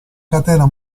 catena